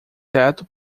teto